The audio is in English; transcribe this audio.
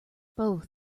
both